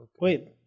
Wait